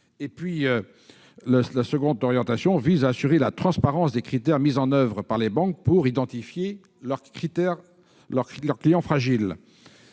de frais. D'autre part, il vise à assurer la transparence des critères mis en oeuvre par les banques pour identifier leurs clients fragiles